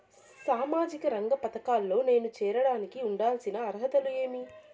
సామాజిక రంగ పథకాల్లో నేను చేరడానికి ఉండాల్సిన అర్హతలు ఏమి?